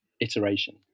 iteration